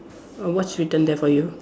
err what's written there for you